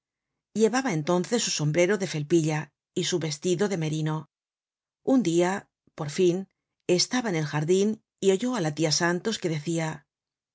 llevaba entonces su sombrero de felpilla y su vestido de merino un dia por fin estaba en el jardin y oyó á la tia santos que decia